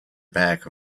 back